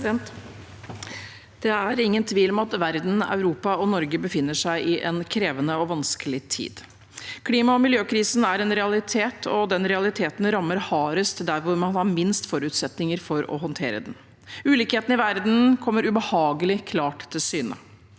Det er ingen tvil om at verden, Europa og Norge befinner seg i en krevende og vanskelig tid. Klima- og miljøkrisen er en realitet, og den realiteten rammer hardest der hvor man har minst forutsetninger for å håndtere den. Ulikhetene i verden kommer ubehagelig klart til syne.